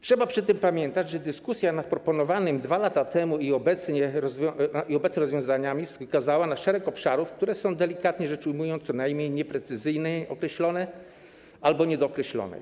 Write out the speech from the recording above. Trzeba przy tym pamiętać, że dyskusja nad proponowanymi 2 lata temu i obecnymi rozwiązaniami wskazała na szereg obszarów, które są, delikatnie rzecz ujmując, co najmniej nieprecyzyjnie określone albo niedookreślone.